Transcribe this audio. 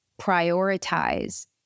prioritize